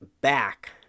back